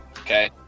okay